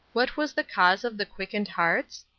what was the cause of the quickened hearts?